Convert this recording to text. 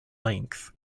length